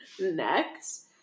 next